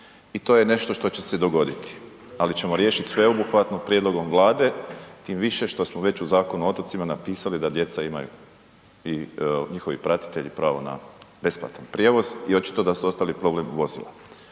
i to je nešto što že se dogoditi ali ćemo riješiti sveobuhvatno prijedlogom Vlade, tim više što smo već u Zakonu o otocima napisali da djeca imaju i njihovi pratitelji pravo na besplatan prijevoz i očito da su ostali problem vozila